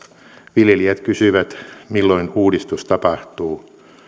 viljelijät kysyvät milloin uudistus tapahtuu